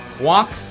walk